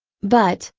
but,